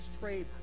trade